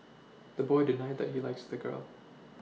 the boy denied that he likes the girl